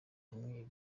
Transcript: hamwe